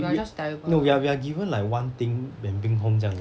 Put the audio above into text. we no we are we are given like one thing then bring home 这样的